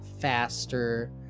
faster